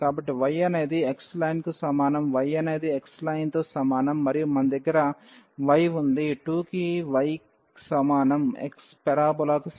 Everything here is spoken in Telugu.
కాబట్టి y అనేది x లైన్కు సమానం y అనేది x లైన్తో సమానం మరియు మన దగ్గర y ఉంది 2 కి y సమానం x పారాబొలాకు సమానం